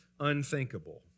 unthinkable